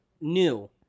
new